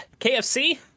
KFC